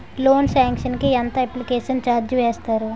Loan sanction కి ఎంత application charge వేస్తారు?